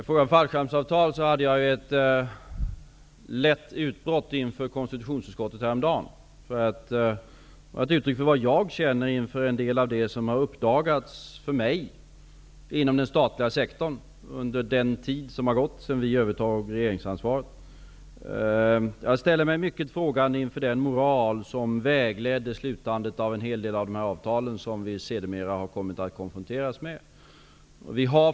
Fru talman! Jag hade ett lätt utbrott inför konstitutionsutskottet häromdagen när det gäller fallskärmsavtalen. Det var ett uttryck för vad jag känner inför en del av det som för mig uppdagats inom den statliga sektorn under den tid som gått sedan vid övertog regeringsansvaret. Jag ställer mig mycket frågande inför den moral som vägledde slutandet av en hel del av dessa avtal som vi sedermera har kommit att konfronteras med.